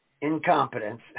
incompetence